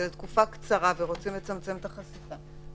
זו תקופה קצרה ורוצים לצמצם את החשיפה,